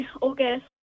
August